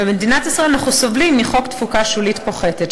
ובמדינת ישראל אנחנו סובלים מחוק תפוקה שולית פוחתת,